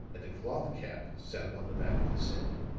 and a cloth cap sat upon the back of his head.